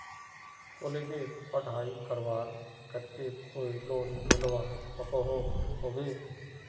कॉलेजेर पढ़ाई करवार केते कोई लोन मिलवा सकोहो होबे?